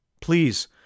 Please